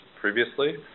previously